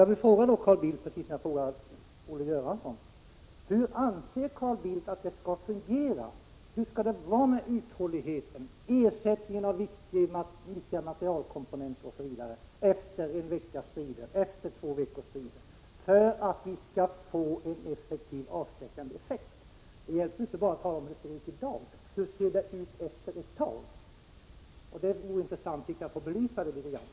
Jag vill fråga Carl Bildt: Hur anser Carl Bildt att det skall fungera med uthålligheten? Hur skall vi ordna ersättningen av viktiga materielkomponenter osv. efter en resp. två veckors strider för att vi skall få en effektiv avskräckande effekt? Det hjälper inte att tala om hur det ser ut i dag. Hur ser det ut efter ett tag? Den frågan vore det intressant att få litet belyst.